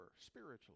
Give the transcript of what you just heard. spiritually